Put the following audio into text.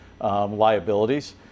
liabilities